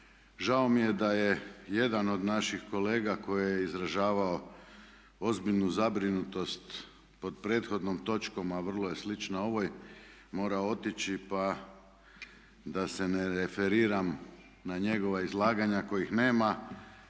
žao mi je da je jedan od naših kolega koji je izražavao ozbiljnu zabrinutost pod prethodnom točkom, a vrlo je slična ovoj morao otići pa da se ne referiram na njegova izlaganja kojih nema,